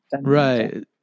Right